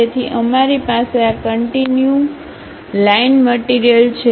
તેથી અમારી પાસે આ કંટીન્યુ લાઇન મટીરીયલ છે